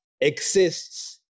exists